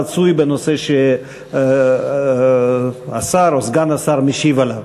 רצוי בנושא שהשר או סגן השר משיב עליו